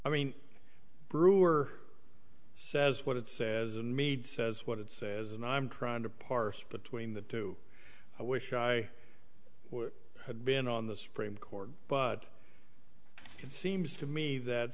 i mean brewer says what it says and me says what it says and i'm trying to parse between the two i wish i had been on the supreme court but it seems to me that